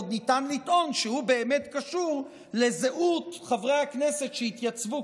עוד ניתן לטעון שהוא באמת קשור לזהות חברי הכנסת שיתייצבו